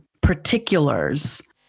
particulars